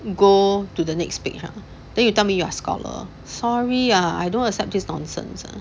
go to the next page ah then you tell me you're scholar sorry ah I don't accept this nonsense